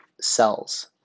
cells